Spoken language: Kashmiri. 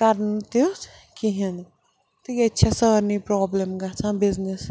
کَرنہٕ تیُتھ کِہیٖنۍ نہٕ تہٕ ییٚتہِ چھےٚ سارنی پرٛابلِم گَژھان بِزنِس